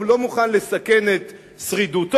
לא מוכן לסכן את שרידותו,